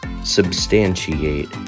Substantiate